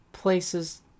Places